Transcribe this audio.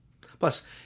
Plus